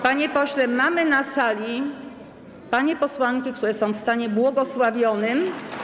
Panie pośle, mamy na sali panie posłanki, które są w stanie błogosławionym.